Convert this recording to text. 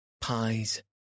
pies